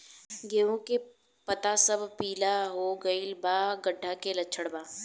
गेहूं के पता सब पीला हो गइल बा कट्ठा के लक्षण बा?